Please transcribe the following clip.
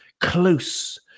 close